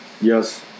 Yes